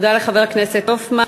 תודה לחבר הכנסת הופמן.